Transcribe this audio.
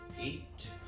Eight